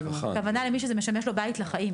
הכוונה היא למי שזה משמש לו בית לחיים,